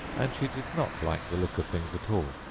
and she did not like the look of things at all,